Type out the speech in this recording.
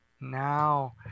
now